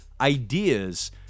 ideas